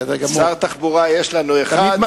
שר תחבורה יש לנו אחד.